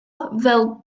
fel